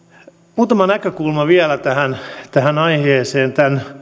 muutama näkökulma vielä tähän tähän aiheeseen